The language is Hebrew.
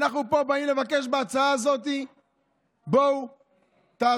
אנחנו פה באים לבקש בהצעה שתעזרו לנו ולעם